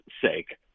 sake